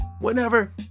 Whenever